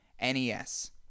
NES